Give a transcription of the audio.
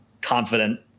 confident